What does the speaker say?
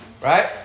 right